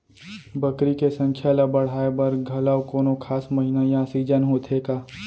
बकरी के संख्या ला बढ़ाए बर घलव कोनो खास महीना या सीजन होथे का?